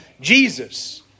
Jesus